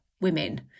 women